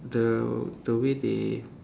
the the way they